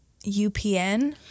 UPN